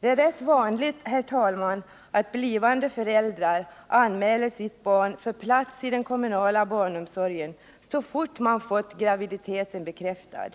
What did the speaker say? Det är rätt vanligt, herr talman, att blivande föräldrar anmäler sitt barn för plats i den kommunala barnomsorgen så fort man fått graviditeten bekräftad.